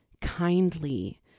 kindly